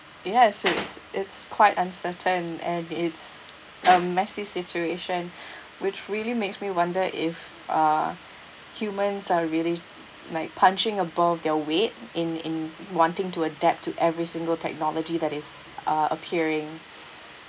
it has since it's quite uncertain and it's a messy situation which really makes me wonder if uh humans are really like punching above their weight in in wanting to adapt to every single technology that is uh appearing